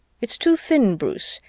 it's too thin, bruce,